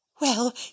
Well